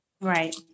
Right